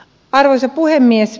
arvoisa puhemies